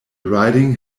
riding